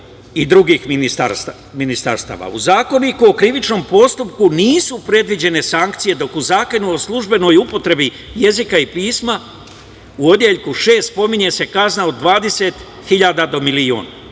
i drugih ministarstava.U Zakoniku o krivičnom postupku nisu predviđene sankcije, dok u Zakonu o službenoj upotrebi jezika i pisma, u odeljku 6. pominje se kazna od 20.000 do milion